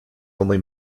only